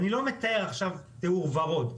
אני לא מתאר עכשיו תיאור ורוד,